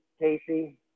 Casey